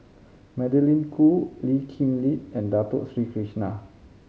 Magdalene Khoo Lee Kip Lin and Dato Sri Krishna